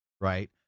right